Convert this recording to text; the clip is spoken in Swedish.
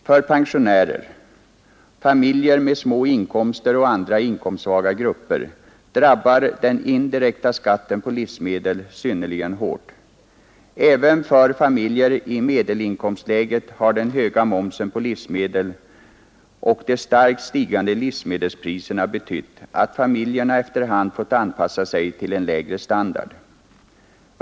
För pensionärer, familjer med små inkomster och andra inkomstsvaga grupper drabbar den indirekta skatten på livsmedel synnerligen hårt. Även för familjer i medelinkomstlägena har den höga momsen på livsmedel och de starkt stigande livsmedelspriserna betytt att familjerna efter hand har fått anpassa sig till en lägre standard.